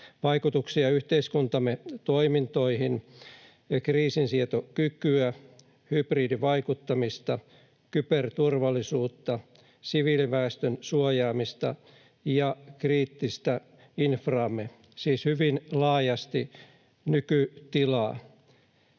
vaikutuksia yhteiskuntamme toimintoihin, kriisinsietokykyä, hybridivaikuttamista, kyberturvallisuutta, siviiliväestön suojaamista ja kriittistä infraamme, siis hyvin laajasti nykytilaa.